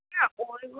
না ওইগুলো